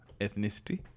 ethnicity